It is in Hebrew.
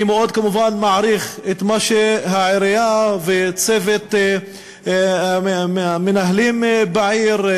אני כמובן מאוד מעריך את העירייה וצוות המנהלים בעיר,